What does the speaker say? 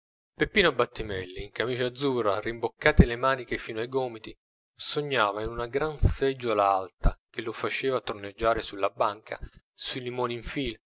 peppino battimelli in camicia azzurra rimboccate le maniche fino ai gomiti sognava in una gran seggiola alta che lo faceva troneggiare sulla banca sui limoni